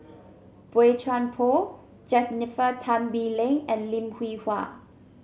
Boey Chuan Poh Jennifer Tan Bee Leng and Lim Hwee Hua